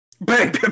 Bang